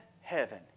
heaven